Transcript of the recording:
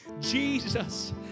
jesus